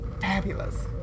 Fabulous